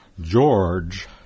George